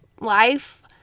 life